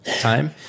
time